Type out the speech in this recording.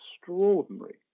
extraordinary